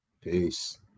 Peace